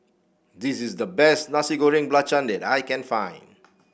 this is the best Nasi Goreng Belacan that I can find